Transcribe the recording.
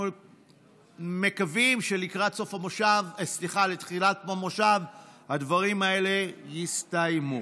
אנחנו מקווים שלקראת תחילת המושב הדברים האלה יסתיימו.